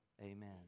amen